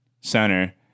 center